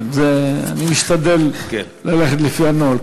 כן, אני משתדל ללכת לפי הנוהל.